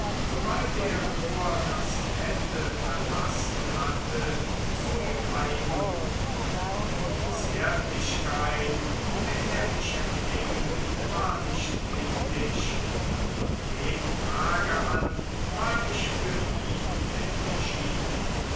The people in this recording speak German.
sobald er nur das bette verlassen hatte zu ihm einluden die zärtlichkeit womit er mich empfing war nicht kindisch und von dem tage an war ich für ihn entschieden